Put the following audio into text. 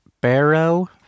Barrow